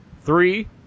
Three